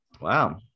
Wow